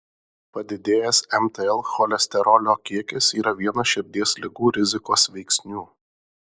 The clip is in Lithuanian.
padidėjęs mtl cholesterolio kiekis yra vienas širdies ligų rizikos veiksnių